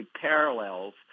parallels